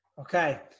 Okay